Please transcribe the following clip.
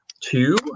Two